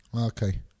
Okay